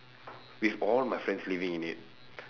with all my friends living in it